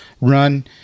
run